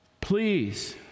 Please